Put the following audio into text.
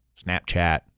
Snapchat